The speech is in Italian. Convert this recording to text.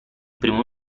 primo